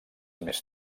més